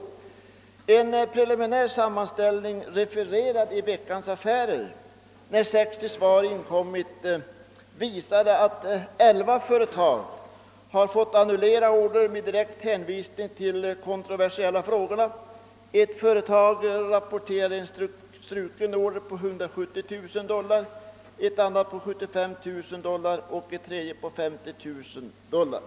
En preliminär sammanställning när 60 svar inkommit, refererad i Veckans Affärer, visar att elva företag fått order annullerade med direkt hänvisning till de kontroversiella frågorna. Ett företag rapporterade en struken order på 170 000 dollar, ett annat en struken order på 75000 dollar och ett tredje en struken order på 50 000 dollar.